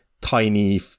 tiny